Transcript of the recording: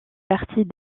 partie